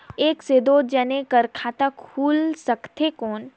एक से दो जने कर खाता खुल सकथे कौन?